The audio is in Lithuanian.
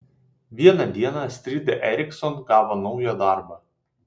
vieną dieną astrida ericsson gavo naują darbą